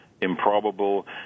improbable